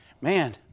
man